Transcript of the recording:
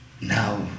now